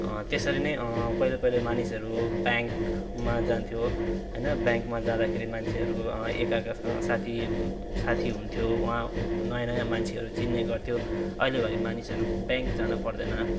त्यसरी नै पहिले पहिले मानिसहरू ब्याङ्कमा जान्थ्यो होइन ब्याङ्कमा जाँदाखेरि मान्छेहरू एकाअर्कासँग साथी साथी हुनुहुन्थ्यो उहाँ नयाँ नयाँ मान्छेहरू चिन्नेगर्थ्यो अहिलेघरि मानिसहरू ब्याङ्क जान पर्दैन